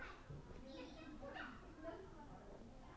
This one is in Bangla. ক্রিপ্টোকারেন্সিতে বিনিয়োগ কি আইন সম্মত?